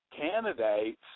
candidates